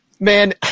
Man